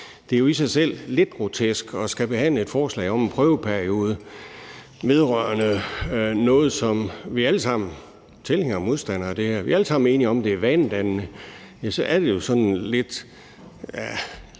Det er jo i sig selv lidt grotesk at skulle behandle et forslag om en prøveperiode vedrørende noget, som vi alle sammen – tilhængere og modstandere af det her – er enige om er vanedannende. Det er jo sådan lidt